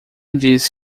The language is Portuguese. diz